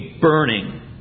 burning